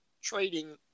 trading